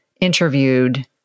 interviewed